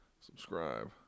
subscribe